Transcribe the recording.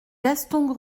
gaston